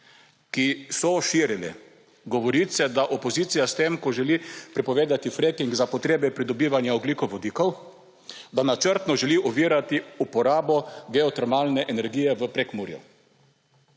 ki so širili govorice, da opozicija s tem, ko želi prepovedati fracking za potrebe pridobivanja ogljikovodikov, da načrtno želi ovirati uporabo geotermalne energije v Prekmurju.